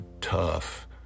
tough